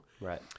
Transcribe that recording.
Right